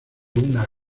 una